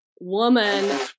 woman